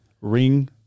Ring